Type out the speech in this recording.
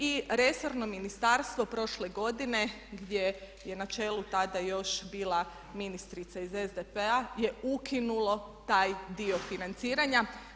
I resorno ministarstvo prošle godine gdje je na čelu tada još bila ministrica iz SDP-a je ukinulo taj dio financiranja.